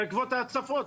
בעקבות הצפות.